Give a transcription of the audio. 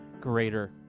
greater